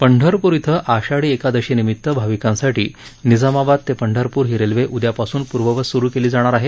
पंढरपूर इथं आषाढी एकादशीनिमित्त भाविकांसाठी निझामाबाद ते पंढरपूर ही रेल्वे उद्यापासून पूर्ववत सुरू केली जाणार आहे